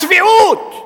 הצביעות?